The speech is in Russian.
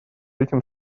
этим